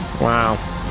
Wow